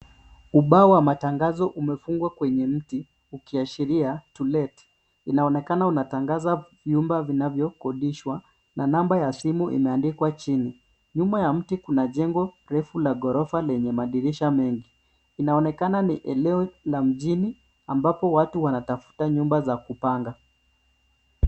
Ubao wa matangazo umefungwa kwenye mti ukiashiria to let . Inaonekana unatangaza vyumba vinavyokodishwa na namba ya simu imeandikwa chini. Nyuma ya mti kuna jengo refu la ghorofa lenye madirisha mengi. Inaonekana ni eneo la mjini ambapo watu wanatafuta nyumba za kupanga.